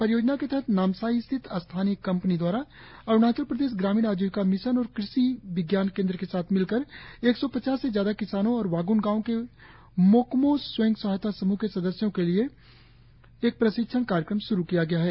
परियोजना के तहत नामसाई स्थित स्थानीय कंपनी दवारा अरुणाचल प्रदेश ग्रामीण आजिविका मिशन और कृषि विज्ञान केंद्र के साथ मिलकर एक सौ पचास से ज्यादा किसानों और वाग्न गांव के मोकमो स्वयं सहायता समूह के सदस्यों के लिए एक प्रशिक्षण कार्यक्रम शुरु किया गया है